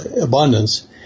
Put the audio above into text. abundance